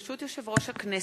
ברשות יושב-ראש הכנסת,